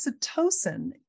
oxytocin